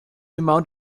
amount